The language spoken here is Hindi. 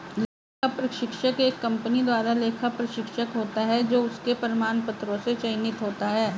लेखा परीक्षक एक कंपनी द्वारा लेखा परीक्षक होता है जो उसके प्रमाण पत्रों से चयनित होता है